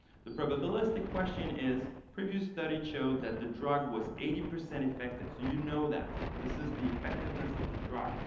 the probabilistic question is, previous studies showed that the drug was eighty percent effective. so you know that. this is the effectiveness of the drug.